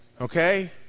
okay